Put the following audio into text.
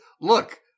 look